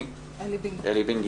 בינג